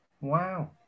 Wow